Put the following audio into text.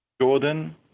Jordan